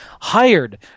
hired